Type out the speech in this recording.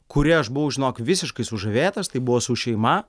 kuri aš buvau žinok visiškai sužavėtas tai buvo su šeima